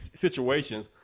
situations